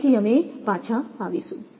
ફરીથી અમે પાછા આવીશું